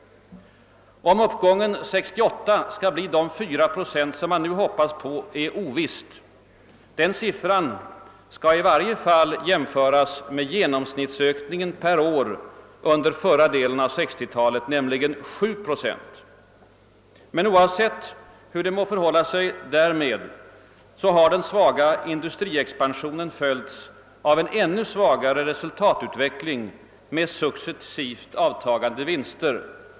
Om uppgången 1968 skall bli de 4 procent man nu hoppas på är ovisst. Den siffran skall i varje fall jämföras med genomsnittsökningen per år under förra delen av 1960-talet, nämligen 7 procent. Oavsett hur det förhåller sig därmed, har den svaga industriexpansionen följts av en ännu svagare resultatutveckling med successivt avtagande vinster.